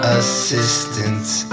assistance